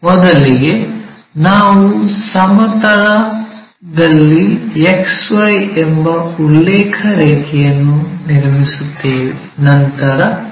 ಮೊದಲಿಗೆ ನಾವು ಸಮತಲದಲ್ಲಿ XY ಎಂಬ ಉಲ್ಲೇಖ ರೇಖೆಯನ್ನು ನಿರ್ಮಿಸುತ್ತೇವೆ ನಂತರ ಎಚ್